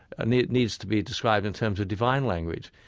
ah needs needs to be described in terms of divine language.